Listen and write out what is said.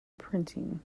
printing